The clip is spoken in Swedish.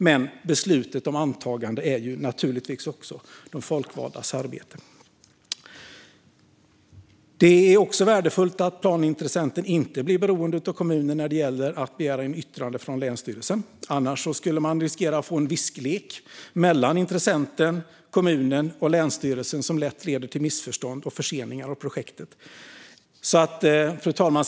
Men beslutet om antagande är naturligtvis också de folkvaldas arbete. Det är också värdefullt att planintressenten inte blir beroende av kommunen när det gäller att begära in yttranden från länsstyrelsen. Annars skulle man riskera att få en visklek mellan intressenten, kommunen och länsstyrelsen, vilket lätt leder till missförstånd och förseningar av projektet. Fru talman!